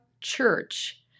church